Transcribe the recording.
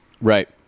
Right